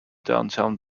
downtown